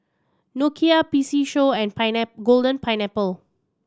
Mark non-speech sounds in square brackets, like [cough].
Nokia P C Show and [unintelligible] Golden Pineapple